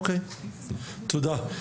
אוקיי, תודה.